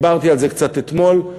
דיברתי על זה קצת אתמול.